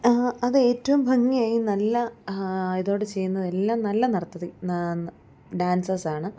അതേറ്റവും ഭംഗിയായി നല്ല ഇതോടെ ചെയ്യുന്നതെല്ലാം നല്ല ഡാൻസേഴ്സാണ്